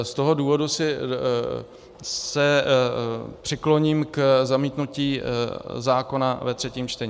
Z toho důvodu se přikloním k zamítnutí zákona ve třetím čtení.